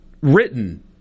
written